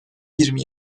yirmi